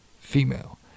female